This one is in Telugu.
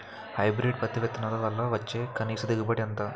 హైబ్రిడ్ పత్తి విత్తనాలు వల్ల వచ్చే కనీస దిగుబడి ఎంత?